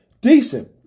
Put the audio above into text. Decent